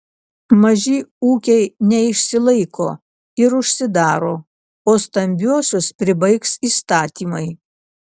maži ūkiai neišsilaiko ir užsidaro o stambiuosius pribaigs įstatymai